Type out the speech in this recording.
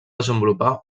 desenvolupar